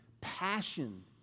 passion